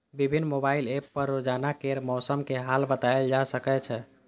विभिन्न mobile app पर रोजाना केर मौसमक हाल बताएल जाए छै